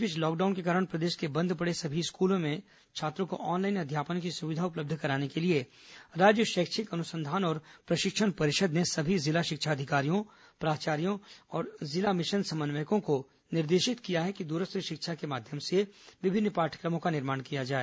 इस बीच लॉकडाउन के कारण प्रदेश के बंद पड़े सभी स्कूलों में छात्रों को ऑनलाइन अध्यापन की सुविधा उपलब्ध कराने के लिए राज्य शैक्षिक अनुसंधान और प्रशिक्षण परिषद ने सभी जिला शिक्षा अधिकारियों प्राचार्यो और सभी जिला मिशन समन्वयकों को निर्देशित किया है कि दूरस्थ शिक्षा के माध्यम से विभिन्न पाठ्यक्रमों का निर्माण किया जाए